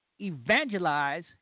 evangelize